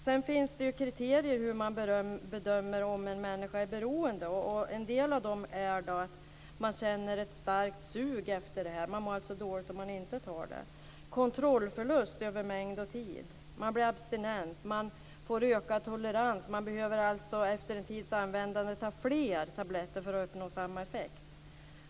Sedan finns det ju olika kriterier för hur man bedömer om en människa är beroende, bl.a. att man känner ett starkt sug efter detta. Man mår alltså dåligt om man inte tar denna medicin. Andra kriterier är kontrollförlust över mängd och tid. Man blir abstinent. Man får ökad tolerans. Man behöver alltså efter en tids användande ta fler tabletter för att uppnå samma effekt.